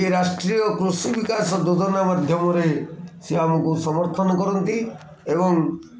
ଇଏ ରାଷ୍ଟ୍ରୀୟ କୃଷିବିକାଶ ଯୋଜନା ମାଧ୍ୟମରେ ସେ ଆମକୁ ସମର୍ଥନ କରନ୍ତି ଏବଂ